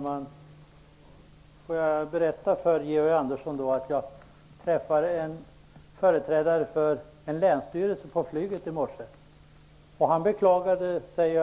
Fru talman! Jag vill berätta för Georg Andersson att jag träffade en företrädare för en länsstyrelse i Norrland på flyget i morse. Han beklagade sig